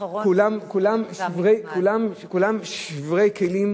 כולם שברי כלי,